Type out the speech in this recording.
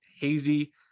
hazy